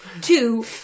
Two